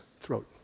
throat